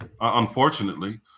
unfortunately